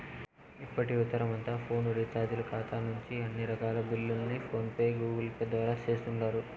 ఇప్పటి యువతరమంతా ఫోను రీచార్జీల కాతా నుంచి అన్ని రకాల బిల్లుల్ని ఫోన్ పే, గూగుల్పేల ద్వారా సేస్తుండారు